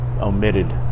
omitted